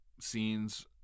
scenes